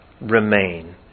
remain